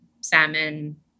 salmon